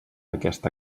aquesta